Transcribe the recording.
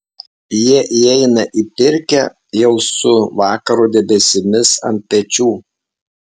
jie įeina į pirkią jau su vakaro debesimis ant pečių